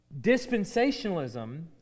dispensationalism